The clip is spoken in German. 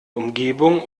umgebung